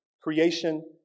creation